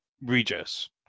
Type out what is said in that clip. regis